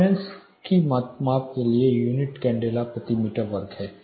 luminance की माप के लिए यूनिट कैंडेला प्रति मीटर वर्ग है